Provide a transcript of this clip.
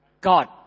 God